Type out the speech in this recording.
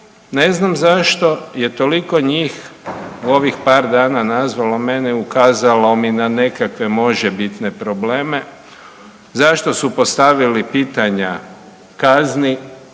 ne znam zašto je toliko njih u ovih par dana nazvalo mene i ukazalo mi na nekakve možebitne probleme, zašto su postavili pitanja kazni,